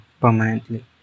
permanently